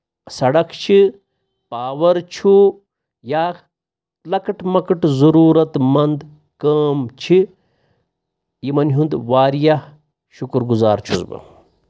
سڑک چھِ پاور چھُ یا لَکٕٹ مۄکٕٹ ضروٗرت منٛد کٲم چھِ یِمَن ہُنٛد واریاہ شُکُر گُزار چھُس بہٕ